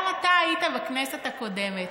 גם אתה היית בכנסת הקודמת.